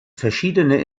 verschiedene